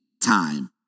time